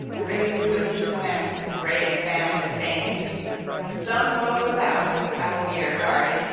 ringed with his men, brave band of thanes some bode without, battle-gear guarding,